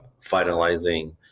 finalizing